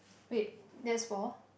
wait there is ball